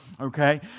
okay